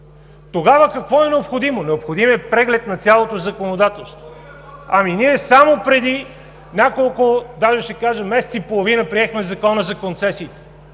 Тогава какво е необходимо? Необходим е преглед на цялото законодателство. Ние само преди няколко, даже ще кажа месец и половина, приехме Закона за концесиите.